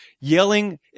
yelling